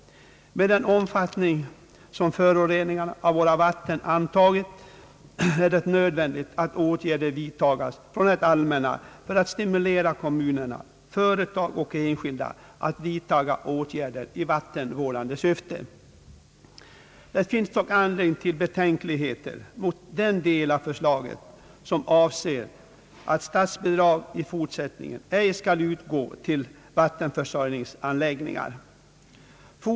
Med den omfattning som föroreningen av våra vatten antagit är det nödvändigt att åtgärder vidtages från det allmänna för att stimulera kommuner, företag och enskilda till förbättrad vattenvård. Det finns dock anledning till betänkligheter mot den del av förslaget som avser att statsbidrag i fortsättningen ej skall utgå till vattenförsörjningsanläggningar.